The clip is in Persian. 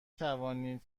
توانید